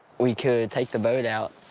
we could take the boat out